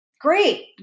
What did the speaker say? great